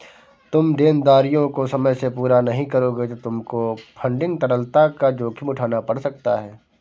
तुम देनदारियों को समय से पूरा नहीं करोगे तो तुमको फंडिंग तरलता का जोखिम उठाना पड़ सकता है